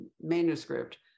manuscript